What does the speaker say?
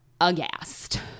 aghast